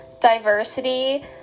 diversity